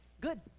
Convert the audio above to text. good